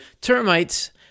Termites